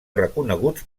reconeguts